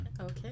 Okay